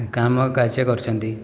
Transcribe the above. କାମ କାର୍ଯ୍ୟ କରିଛନ୍ତି